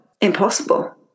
impossible